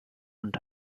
und